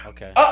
Okay